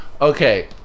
okay